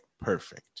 perfect